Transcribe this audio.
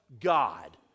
God